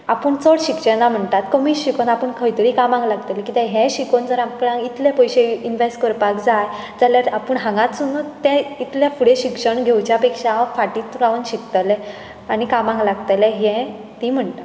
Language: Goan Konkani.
आपूण चड शिकचें ना म्हणटात कमी शिकून आपूण खंय तरी कामाक लागतलीं कित्याक हें शिकून जर आपणाक इतले पयशे इनवॅस्ट करपाक जाय जाल्यार आपूण हांगातसुनूत तें इतलें फुडें शिक्षण घेवच्या पेक्षा फाटींच रावन शिकतलें आनी कामाक लागतलें हें तीं म्हणटात